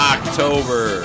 October